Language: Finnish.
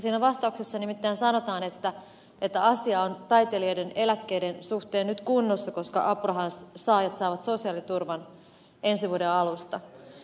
siinä vastauksessa nimittäin sanotaan että asia on taiteilijoiden eläkkeiden suhteen nyt kunnossa koska apurahansaajat saavat sosiaaliturvan ensi vuoden alusta